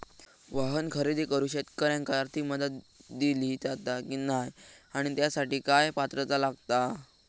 वाहन खरेदी करूक शेतकऱ्यांका आर्थिक मदत दिली जाता की नाय आणि त्यासाठी काय पात्रता लागता?